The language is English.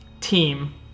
Team